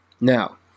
Now